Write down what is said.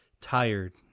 tired